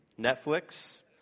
Netflix